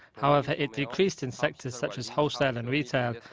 however, it decreased in sectors such as wholesale and retail,